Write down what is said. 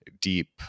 deep